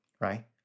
right